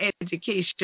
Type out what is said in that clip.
education